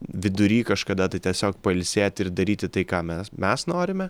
vidury kažkada tai tiesiog pailsėti ir daryti tai ką mes mes norime